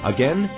Again